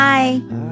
Bye